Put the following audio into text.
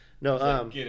No